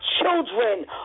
children